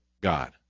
God